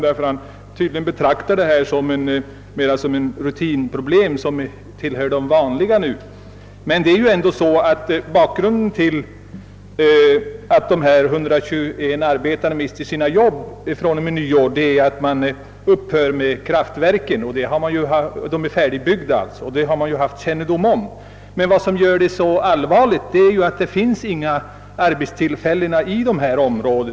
Han betraktar tydligen detta som ett rutinproblem — något som tillhör det vanliga. Bakgrunden till att dessa 121 arbetare mister sina jobb från och med nyår är ändå att man upphör med kraftverksbyggena — kraftverken är färdiga — och det har ju alla haft kännedom om. Vad som gör problemet så allvarligt är att det inte finns några arbetstillfällen i detta område.